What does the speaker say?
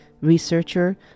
researcher